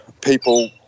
people